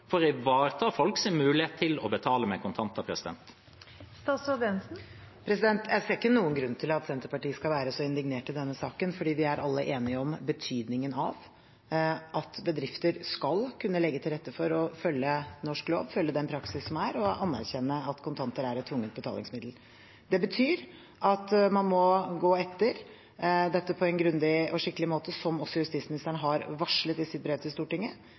å ivareta folks mulighet til å betale med kontanter? Jeg ser ikke noen grunn til at Senterpartiet skal være så indignert i denne saken, for vi er alle enige om betydningen av at bedrifter skal kunne legge til rette for å følge norsk lov, følge den praksisen som er, og anerkjenne at kontanter er et tvungent betalingsmiddel. Det betyr at man må ettergå dette på en grundig og skikkelig måte, som også justisministeren har varslet i sitt brev til Stortinget,